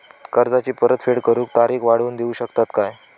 कर्जाची परत फेड करूक तारीख वाढवून देऊ शकतत काय?